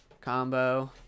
Combo